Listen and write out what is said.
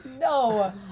No